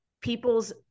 people's